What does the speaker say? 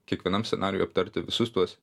kiekvienam scenarijui aptarti visus tuos